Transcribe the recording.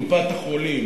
קופת-החולים,